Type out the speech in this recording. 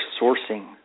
sourcing